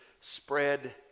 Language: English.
spread